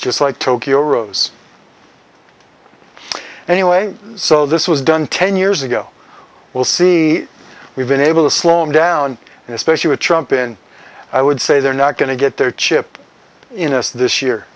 just like tokyo rose anyway so this was done ten years ago will see we've been able to slow him down and especially a trump in i would say they're not going to get their chip in us this year